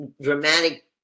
Dramatic